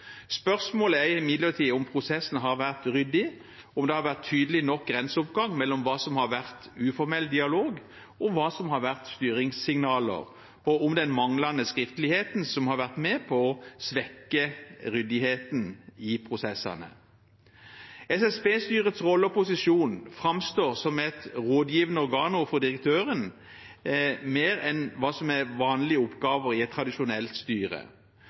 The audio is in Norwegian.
Spørsmålet er imidlertid om prosessen har vært ryddig, om det har vært en tydelig nok grenseoppgang mellom hva som har vært en uformell dialog, og hva som har vært styringssignaler, og den manglende skriftligheten som har vært med på å svekke ryddigheten i prosessene. Hva gjelder SSB-styrets rolle og posisjon: Styret framstår mer som et rådgivende organ overfor direktøren enn det som er vanlige oppgaver i et tradisjonelt styre.